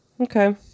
Okay